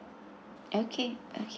okay okay